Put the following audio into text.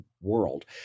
world